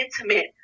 intimate